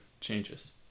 changes